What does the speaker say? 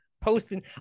posting